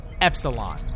Epsilon